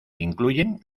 incluyen